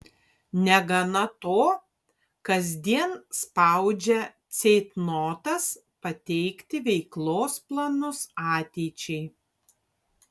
negana to kasdien spaudžia ceitnotas pateikti veiklos planus ateičiai